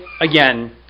again